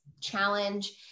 challenge